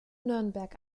nürnberg